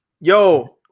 Yo